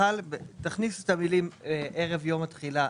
תכניס את המילים ערב יום התחילה.